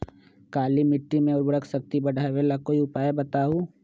काली मिट्टी में उर्वरक शक्ति बढ़ावे ला कोई उपाय बताउ?